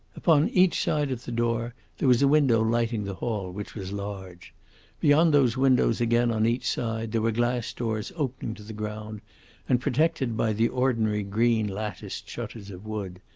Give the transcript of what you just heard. upon each side of the door there was a window lighting the hall, which was large beyond those windows again, on each side, there were glass doors opening to the ground and protected by the ordinary green latticed shutters of wood,